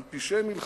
על פשעי מלחמה,